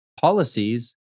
policies